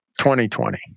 2020